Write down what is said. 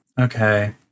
Okay